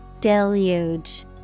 Deluge